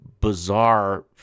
bizarre